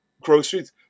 groceries